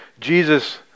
Jesus